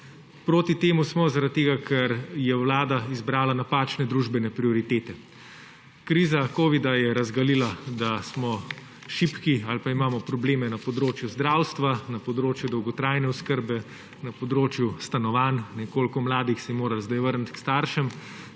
Proti smo zaradi tega, ker je vlada izbrala napačne družbene prioritete. Kriza covida-19 je razgalila, da smo šibki ali pa imamo probleme na področju zdravstva, na področju dolgotrajne oskrbe, na področju stanovanj. Koliko mladih se je moralo zdaj vrniti k staršem,